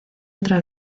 otra